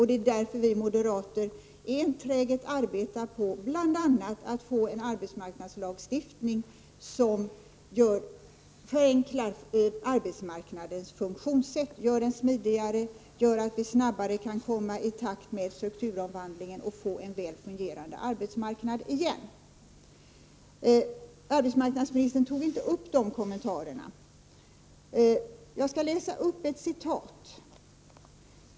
Därför arbetar vi moderater enträget för att bl.a. få till stånd en arbetsmarknadslagstiftning som förenklar arbetsmarknadens funktionssätt, som gör den smidigare, som gör att vi snabbare kan komma i takt med strukturomvandlingen och som gör att vi får en väl fungerande arbetsmarknad igen. Arbetsmarknadsministern tog inte upp dessa kommentarer. Jag skall läsa upp några citat.